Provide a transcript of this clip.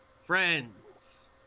friends